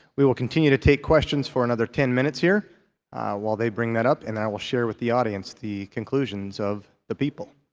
we will continue to take questions for another ten minutes while they bring that up and i will share with the audience the conclusions of the people.